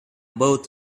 both